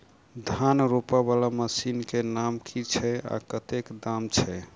धान रोपा वला मशीन केँ नाम की छैय आ कतेक दाम छैय?